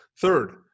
Third